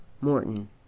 Morton